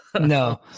No